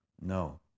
no